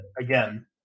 again